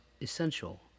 essential